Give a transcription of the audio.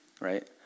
right